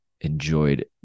enjoyed